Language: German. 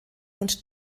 und